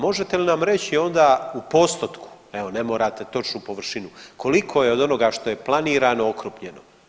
Možete li nam reći onda u postotku, evo ne morate točnu površinu, koliko je od onoga što je planirano okrupnjeno.